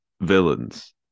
villains